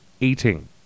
eating